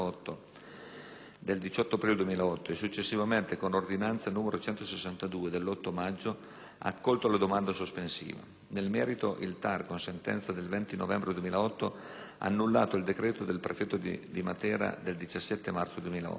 del 18 aprile 2008 e successivamente con ordinanza n. 162 dell'8 maggio, ha accolto la domanda sospensiva. Nel merito, il TAR con sentenza del 20 novembre 2008 ha annullato il decreto del prefetto di Matera del 17 marzo 2008.